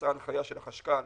יצאה הנחיה של החשכ"ל,